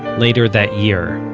later that year,